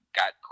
got